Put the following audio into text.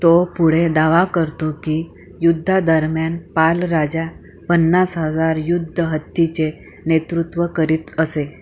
तो पुढे दावा करतो की युद्धांदरम्यान पाल राजा पन्नास हजार युद्ध हत्तीचे नेतृत्व करीत असे